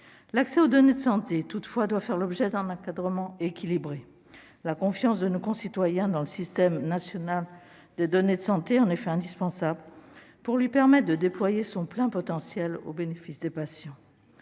L'accès aux données de santé doit toutefois faire l'objet d'un encadrement équilibré : la confiance de nos concitoyens dans le système national des données de santé (SNDS) est effectivement indispensable pour permettre à ce dernier de déployer son plein potentiel au bénéfice des patients.